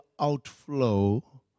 outflow